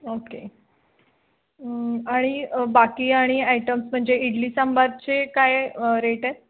okay आणि बाकी आणि आयटम्स म्हणजे इडली सांबारचे काय रेट आहेत